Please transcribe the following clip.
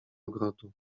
ogrodu